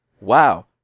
wow